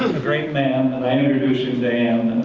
a great man and i introduced him to ann.